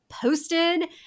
posted